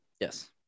Yes